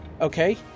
Okay